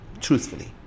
truthfully